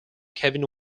kevin